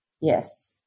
Yes